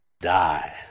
die